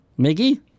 Mickey